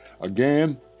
Again